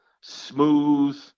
smooth